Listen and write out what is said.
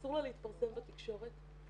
אסור לה להתפרסם בתקשורת.